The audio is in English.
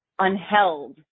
unheld